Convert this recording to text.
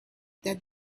that